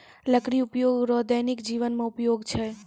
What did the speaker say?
लकड़ी उपयोग रो दैनिक जिवन मे उपयोग छै